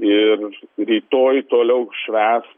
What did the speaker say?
ir rytoj toliau švęs